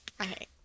Okay